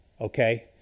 okay